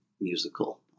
musical